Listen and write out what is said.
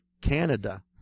Canada